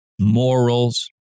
morals